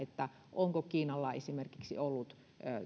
onko kiinalla esimerkiksi ollut